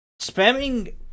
Spamming